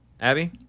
Abby